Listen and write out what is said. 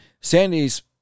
Sandy's